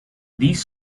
these